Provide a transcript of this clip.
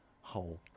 whole